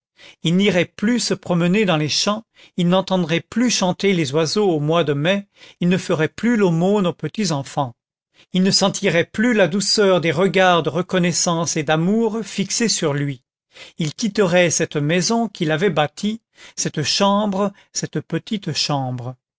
il n'irait plus se promener dans les champs il n'entendrait plus chanter les oiseaux au mois de mai il ne ferait plus l'aumône aux petits enfants il ne sentirait plus la douceur des regards de reconnaissance et d'amour fixés sur lui il quitterait cette maison qu'il avait bâtie cette chambre cette petite chambre